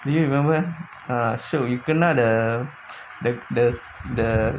do you remember ah so you can ah the the the the